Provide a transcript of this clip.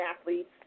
athletes